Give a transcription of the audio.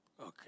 Okay